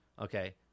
okay